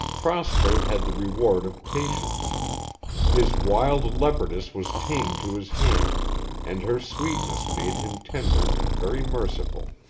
prosper had the reward of patience his wild leopardess was tamed to his hand and her sweetness made him tender and very merciful.